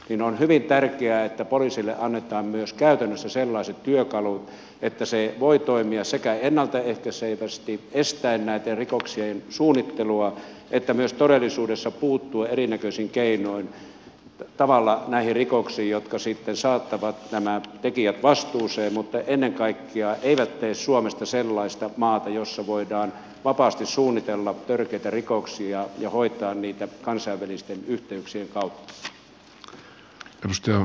on hyvin tärkeää että poliisille annetaan myös käytännössä sellaiset työkalut että se voi sekä toimia ennalta ehkäisevästi estäen näitten rikoksien suunnittelua että myös todellisuudessa puuttua näihin rikoksiin erinäköisin keinoin jotka sitten saattavat nämä tekijät vastuuseen mutta ennen kaikkea eivät tee suomesta sellaista maata jossa voidaan vapaasti suunnitella törkeitä rikoksia ja hoitaa niitä kansainvälisten yhteyksien kautta